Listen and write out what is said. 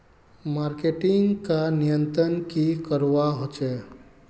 Marketing का नियंत्रण की करवा होचे?